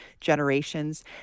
generations